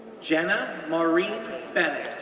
jenna maureen bennett,